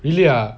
really ah